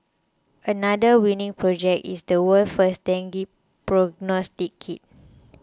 another winning project is the world's first dengue prognostic kit